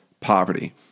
poverty